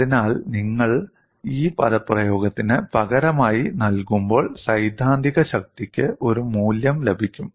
അതിനാൽ നിങ്ങൾ ഈ പദപ്രയോഗത്തിന് പകരമായി നൽകുമ്പോൾ സൈദ്ധാന്തിക ശക്തിക്ക് ഒരു മൂല്യം ലഭിക്കും